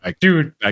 dude